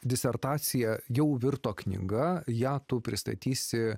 disertacija jau virto knyga ją tu pristatysi